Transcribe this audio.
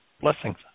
Blessings